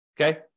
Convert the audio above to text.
okay